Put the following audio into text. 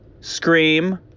Scream